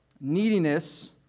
Neediness